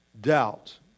doubt